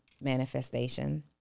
manifestation